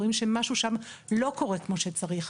רואים שמשהו שם לא קורא כמו שצריך,